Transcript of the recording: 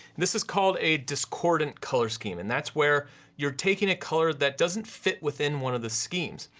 this is called a discordant color scheme, and that's where you're taking a color that doesn't fit within one of the schemes.